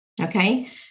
Okay